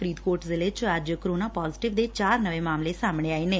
ਫਰੀਦਕੋਟ ਜਿਲ੍ਹੇ 'ਚ ਅੱਜ ਕੋਰੋਨਾ ਪਾਜੇਟਿਵ ਦੇ ਚਾਰ ਨਵੇਂ ਮਾਮਲੇ ਸਾਹਮਣੇ ਆਏ ਨੇ